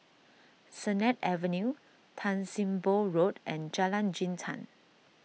Sennett Avenue Tan Sim Boh Road and Jalan Jintan